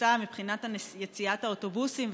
לתפוסה מבחינת יציאת האוטובוסים,